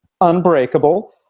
Unbreakable